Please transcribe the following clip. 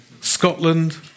Scotland